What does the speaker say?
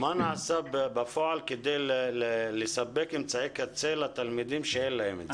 השאלה מה נעשה בפועל כדי לספק אמצעי קצה לתלמידים שאין להם את זה.